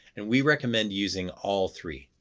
and we recommend using all three.